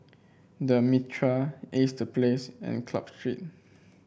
The Mitraa Ace The Place and Club Street